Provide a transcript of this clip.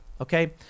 Okay